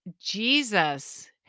Jesus